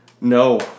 No